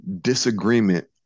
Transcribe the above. disagreement